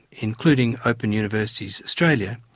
including open universities australia,